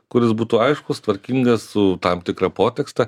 kuris būtų aiškus tvarkingas su tam tikra potekste